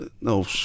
No